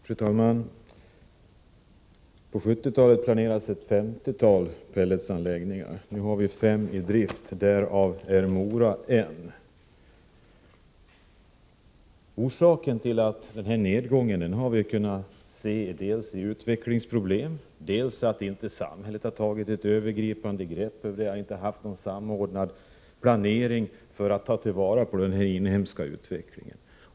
Fru talman! På 1970-talet planerades ett femtiotal pelletsanläggningar. Nu har vi fem i drift. Därav är Mora Pellets en. Orsaken till denna nedgång har vi kunnat se dels i utvecklingens problem, dels i att samhället inte har tagit ett övergripande grepp över området. Man har inte haft någon samordnad planering för att ta vara på den inhemska utvecklingen.